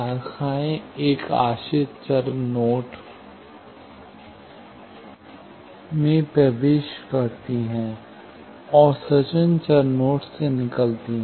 शाखाएँ एक आश्रित चर नोड में प्रवेश करती हैं और स्वतंत्र चर नोड से निकलती हैं